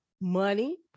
money